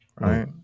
right